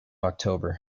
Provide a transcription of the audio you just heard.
october